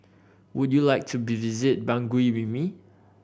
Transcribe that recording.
would you like to visit Bangui with me